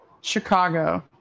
Chicago